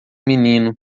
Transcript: menino